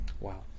Wow